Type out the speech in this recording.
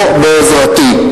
לא בעזרתי.